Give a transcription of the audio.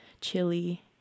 chili